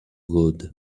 wood